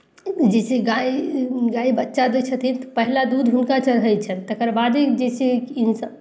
जइसे गाय गाय बच्चा दै छथिन तऽ पहिला दूध हुनका चढ़ै छनि तकर बादे जइसे कि हमसभ